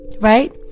right